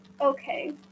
Okay